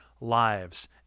lives